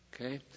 Okay